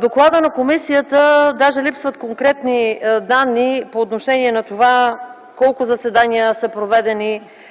доклада на комисията даже липсват конкретни данни по отношение на това колко заседания са проведени,